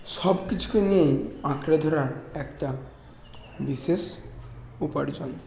সব কিছুকে নিয়েই আঁকড়ে ধরার একটা বিশেষ উপার্জন